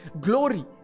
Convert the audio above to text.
Glory